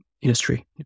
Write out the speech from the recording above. industry